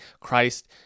Christ